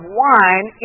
wine